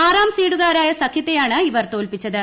ആറാം സീഡുകാരായ സഖ്യത്തെയാണ് ഇവർ തോൽപ്പിച്ചത്